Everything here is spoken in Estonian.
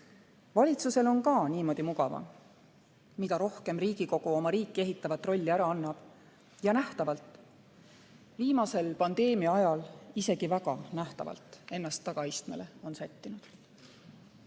Valitsusel on ka niimoodi mugavam, mida rohkem Riigikogu oma riiki ehitavat rolli ära annab ja nähtavalt, viimasel pandeemia ajal isegi väga nähtavalt, ennast tagaistmele on sättinud.